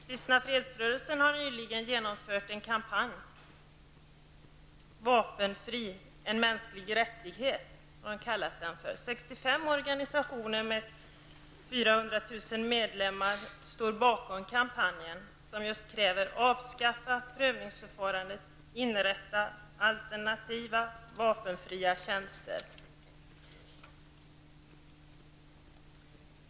Kristna fredsrörelsen har nyligen genomfört en kampanj: Vapenfri -- en mänsklig rättighet. 65 organisationer med 400 000 medlemmar står bakom kampanjen, vilka kräver att man skall avskaffa prövningsförfarandet och inrätta alternativa vapenfria tjänster.